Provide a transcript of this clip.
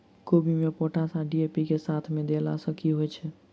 कोबी मे पोटाश आ डी.ए.पी साथ मे देला सऽ की होइ छै?